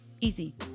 easy